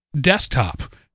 desktop